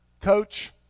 Coach